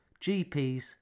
GPs